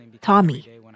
Tommy